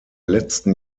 letzten